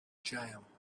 jail